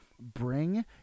bring